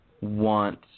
want